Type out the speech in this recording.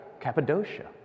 Cappadocia